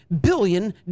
billion